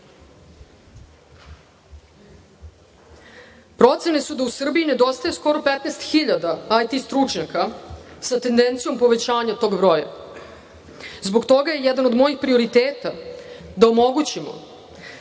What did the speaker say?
rast. Procene su da u Srbiji ne dostaje skoro 15.000 IT stručnjaka, sa tendencijom povećanja tog broja. Zbog toga je jedan od mojih prioriteta da omogućimo